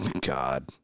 God